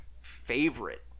favorite